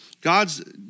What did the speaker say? God's